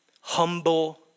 humble